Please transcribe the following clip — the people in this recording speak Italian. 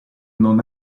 non